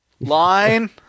line